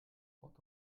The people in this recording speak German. port